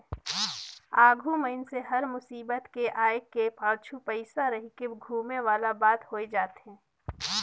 आघु मइनसे हर मुसीबत के आय के पाछू पइसा रहिके धुमे वाला बात होए जाथे